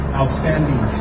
outstanding